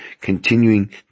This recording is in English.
continuing